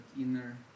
inner